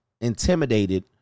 intimidated